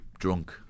Drunk